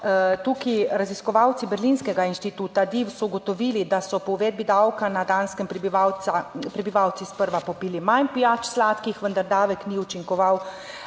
tukaj raziskovalci berlinskega inštituta DIV(?) so ugotovili, da so po uvedbi davka na Danskem prebivalca, prebivalci sprva popili manj pijač sladkih, vendar davek ni učinkoval